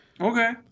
Okay